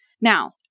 Now